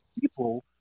people